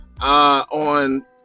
on